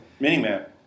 Minimap